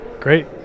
Great